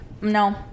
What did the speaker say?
no